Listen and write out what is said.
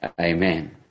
Amen